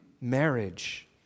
Marriage